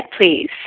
please